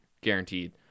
Guaranteed